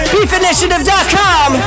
BeefInitiative.com